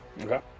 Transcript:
Okay